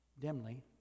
dimly